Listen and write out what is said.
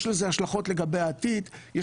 יש לזה השלכות לגבי העתיד,